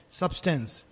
substance